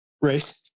race